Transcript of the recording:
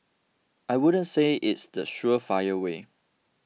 I wouldn't say it's the surefire way